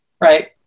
Right